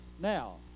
now